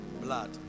blood